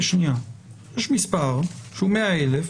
שמענו פה התנגדות חד-משמעית של הסנגוריה הציבורית לפיילוט הזה,